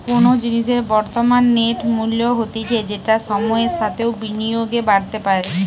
কোনো জিনিসের বর্তমান নেট মূল্য হতিছে যেটা সময়ের সাথেও বিনিয়োগে বাড়তে পারে